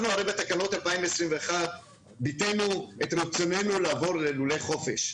בתקנות 2021 ביטאנו את רצוננו לעבור ללולי חופש.